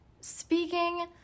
Speaking